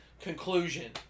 Conclusion